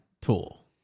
tool